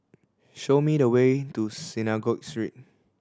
show me the way to Synagogue Street